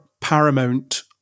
Paramount